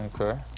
Okay